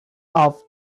off